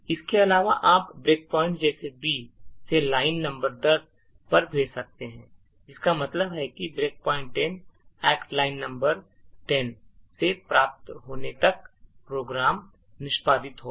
इसके अलावा आप break points जैसे b से line number 10 पर भेज सकते हैं जिसका मतलब है कि break point 10 act line number 10 से प्राप्त होने तक प्रोग्राम निष्पादित होगा